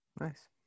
Nice